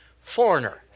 foreigner